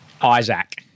Isaac